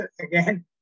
again